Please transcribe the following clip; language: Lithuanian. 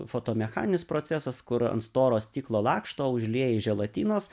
foto mechaninis procesas kur ant storo stiklo lakšto užlieji želatinos